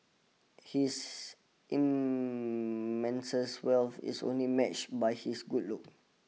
his immense wealth is only matched by his good looks